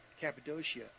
Cappadocia